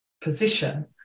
position